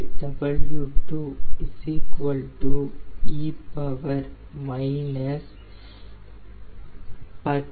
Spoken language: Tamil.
88 13